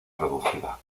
reducida